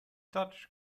dutch